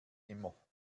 immer